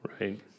right